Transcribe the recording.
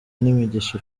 n’imigisha